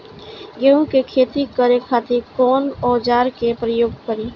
गेहूं के खेती करे खातिर कवन औजार के प्रयोग करी?